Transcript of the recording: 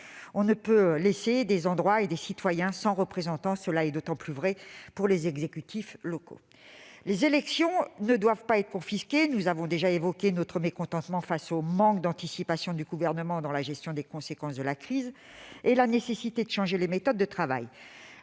On ne peut laisser des territoires et des citoyens sans représentant ; cela est d'autant plus vrai pour les exécutifs locaux. Les élections ne doivent pas être confisquées. Nous avons déjà évoqué notre mécontentement face au manque d'anticipation du Gouvernement dans la gestion des conséquences de la crise et la nécessité de changer les méthodes de travail.